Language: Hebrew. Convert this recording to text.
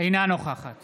אינה נוכחת